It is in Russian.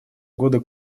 года